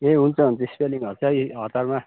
ए हुन्छ हुन्छ स्पेलिङहरू चाहिँ हतारमा